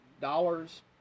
dollars